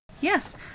Yes